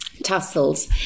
tussles